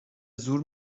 زور